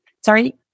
sorry